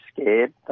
scared